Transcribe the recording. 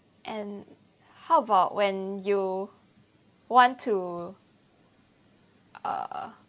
and how about when you want to uh